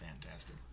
Fantastic